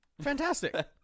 Fantastic